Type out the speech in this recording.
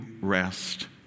rest